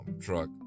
truck